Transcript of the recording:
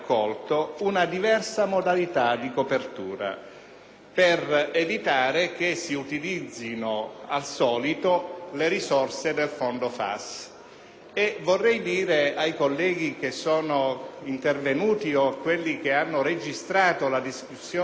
per evitare che si utilizzino, al solito, le risorse del FAS. Vorrei dire ai colleghi che sono intervenuti o a quelli che hanno registrato la discussione delle ultime sedute sulle questioni